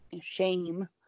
shame